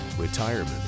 Retirement